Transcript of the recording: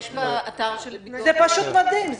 זה פשוט מדהים.